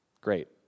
great